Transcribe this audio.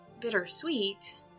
bittersweet